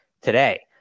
today